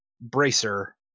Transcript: bracer